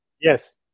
Yes